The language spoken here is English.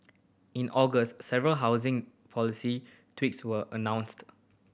in August several housing policy tweaks were announced